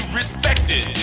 respected